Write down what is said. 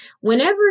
Whenever